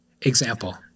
example